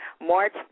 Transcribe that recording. March